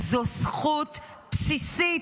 זו זכות בסיסית.